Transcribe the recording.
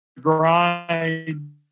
grind